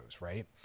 right